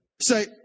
Say